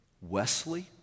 Wesley